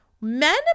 Men